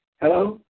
Hello